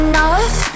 Enough